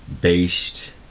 based